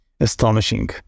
astonishing